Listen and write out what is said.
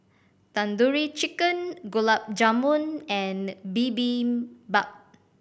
Tandoori Chicken Gulab Jamun and Bibimbap